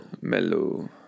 Mellow